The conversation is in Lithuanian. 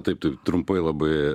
taip tai trumpai labai